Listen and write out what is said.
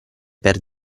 per